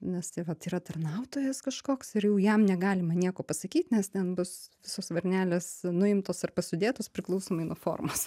nes tai vat yra tarnautojas kažkoks ir jau jam negalima nieko pasakyt nes ten bus visos varnelės nuimtos arba sudėtos priklausomai nuo formos